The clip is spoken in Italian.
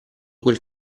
quel